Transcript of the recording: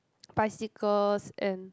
bicycles and